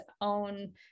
own